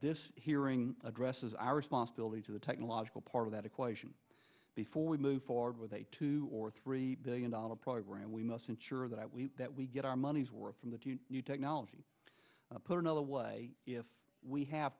this hearing addresses our responsibility to the technological part of that equation before we move forward with a two or three billion dollar program we must ensure that we that we get our money's worth from the new technology put another way if we have